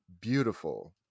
Beautiful